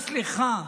סליחה,